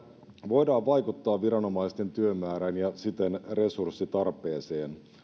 voidaan vaikuttaa viranomaisten työmäärään ja siten resurssitarpeeseen